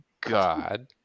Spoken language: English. God